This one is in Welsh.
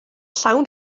llawn